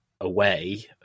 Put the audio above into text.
away